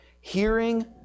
hearing